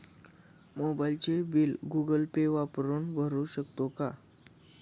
मोबाइलचे bill Google Pay वापरून भरू शकतो का?